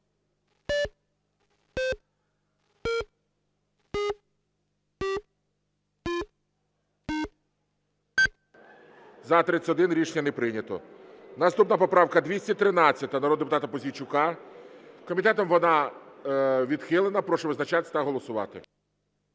За-31 Рішення не прийнято. Наступна поправка 213 народного депутата Пузійчука. Комітетом вона відхилена. Прошу визначатись та голосувати.